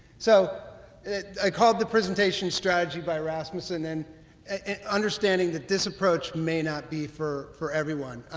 so i called the presentation strategy by rasmussen and and understanding that this approach may not be for for everyone.